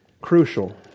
crucial